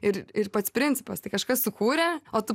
ir ir pats principas tai kažkas sukūrė o tu